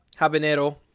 habanero